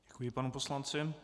Děkuji panu poslanci.